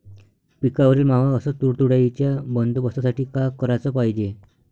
पिकावरील मावा अस तुडतुड्याइच्या बंदोबस्तासाठी का कराच पायजे?